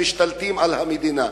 שמשתלטים על המדינה.